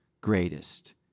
greatest